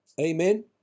amen